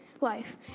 life